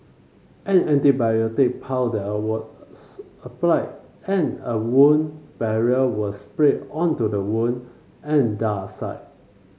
an antibiotic powder was applied and a wound barrier was sprayed onto the wound and dart site